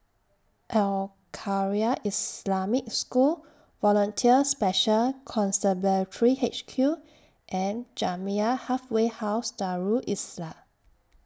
Al Khairiah Islamic School Volunteer Special Constabulary H Q and Jamiyah Halfway House Darul Islah